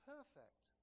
Perfect